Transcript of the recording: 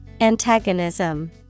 Antagonism